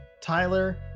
Tyler